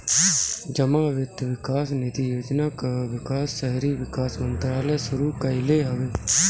जमा वित्त विकास निधि योजना कअ विकास शहरी विकास मंत्रालय शुरू कईले हवे